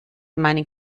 meinem